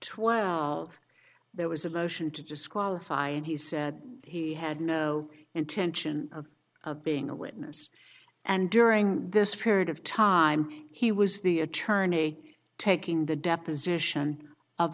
twelve there was a motion to disqualify and he said he had no intention of being a witness and during this period of time he was the attorney taking the deposition of